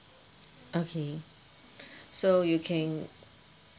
okay so you can